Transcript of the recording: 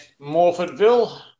Morfordville